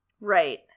Right